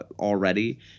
already